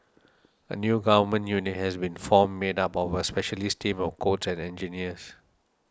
a new Government unit has been formed made up of a specialist team of codes and engineers